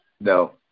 no